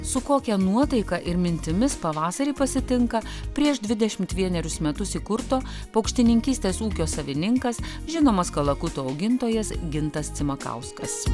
su kokia nuotaika ir mintimis pavasarį pasitinka prieš dvidešimt vienerius metus įkurto paukštininkystės ūkio savininkas žinomas kalakutų augintojas gintas cimakauskas